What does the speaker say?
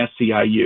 SCIU